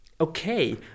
okay